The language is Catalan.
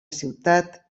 ciutat